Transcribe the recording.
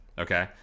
Okay